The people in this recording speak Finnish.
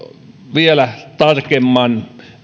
vielä tarkemman